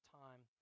time